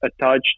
attached